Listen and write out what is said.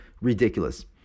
ridiculous